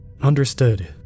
Understood